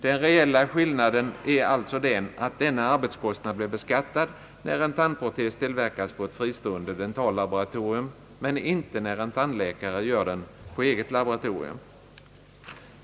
Den reella skillnaden är alltså den att denna arbetskostnad blir beskattad när en tandprotes tillverkas på ett fristående dentallaboratorum men inte när en tandläkare gör den på eget laboratorium.